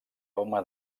home